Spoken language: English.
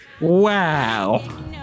Wow